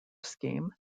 scheme